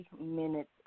minutes